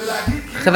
ולהגיד כאילו,